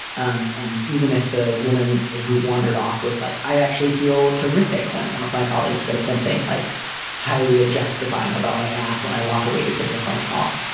um and even if the woman who wandered off was like, i actually feel terrific when one of my colleagues says something like highly objectifying about my ass when i walk away to take a phone call,